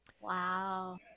Wow